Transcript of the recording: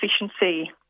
efficiency